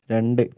രണ്ട്